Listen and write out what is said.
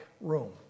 room